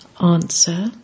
Answer